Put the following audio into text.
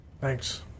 Thanks